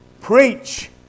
preach